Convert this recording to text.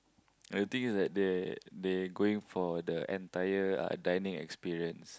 the thing is that they they going for the entire ah dining experience